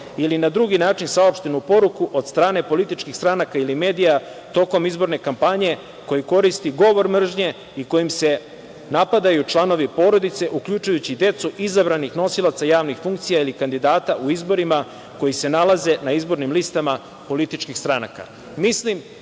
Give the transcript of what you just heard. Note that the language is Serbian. ili na drugi način saopštenu poruku od strane političkih stranaka ili medija tokom izborne kampanje koji koristi govor mržnje i kojim se napadaju članovi porodice, uključujući decu izabranih nosilaca javnih funkcija ili kandidata u izborima koji se nalaze na izbornim listama političkih stranaka. Mislim